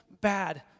bad